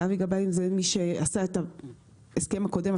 ואבי גבאי הוא מי שעשה את ההסכם הקודם.